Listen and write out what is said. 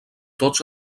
tots